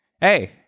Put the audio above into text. hey